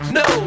no